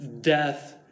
Death